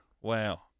Wow